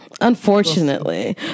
Unfortunately